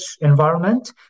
environment